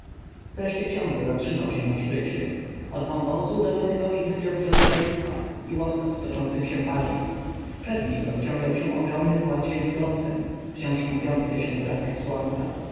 wreszcie książę zatrzymał się na szczycie od wąwozu dolatywał ich zgiełk żołnierstwa i łoskot toczących się balist przed nimi rozciągał się ogromny płat ziemi gosen wciąż kąpiącej się w blaskach słońca